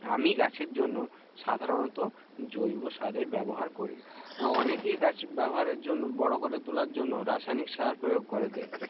আমি গাছের জন্য সাধারণত জৈব সারের ব্যবহার করি অনেকেই গাছ ব্যবহারের জন্য বড় করে তোলার জন্য রাসায়নিক সার প্রয়োগ করে দেয়